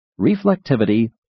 Reflectivity